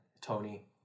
Tony